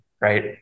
Right